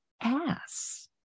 ass